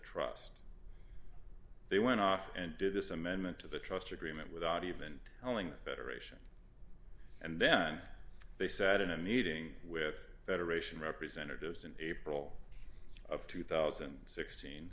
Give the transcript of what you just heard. trust they went off and did this amendment to the trust agreement without even telling the federation and then they said in a meeting with federation representatives in april of two thousand and sixteen